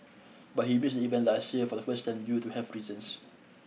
but he missed event last year for the first time due to health reasons